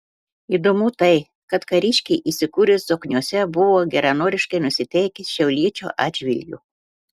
įdomu tai kad kariškiai įsikūrę zokniuose buvo geranoriškai nusiteikę šiauliečių atžvilgiu